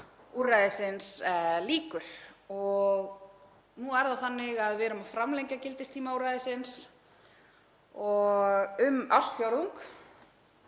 úrræðisins lýkur. Nú er það þannig að við erum að framlengja gildistíma úrræðisins um ársfjórðung,